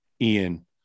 Ian